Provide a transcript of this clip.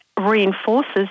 reinforces